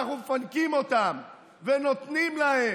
אנחנו מפנקים אותם ונותנים להם,